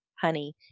honey